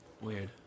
Weird